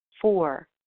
four